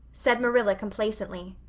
said marilla complacently.